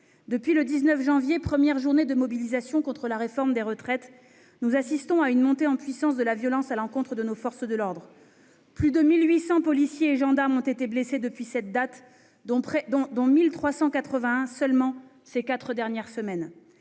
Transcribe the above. depuis le 19 janvier dernier, première journée de mobilisation contre la réforme des retraites, nous assistons à une montée en puissance de la violence à l'encontre de nos forces de l'ordre. Plus de 1 800 policiers et gendarmes ont été blessés depuis cette date, dont 1 381 au cours des quatre dernières semaines.